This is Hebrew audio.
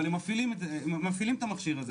אבל הם מפעילים את המכשיר הזה.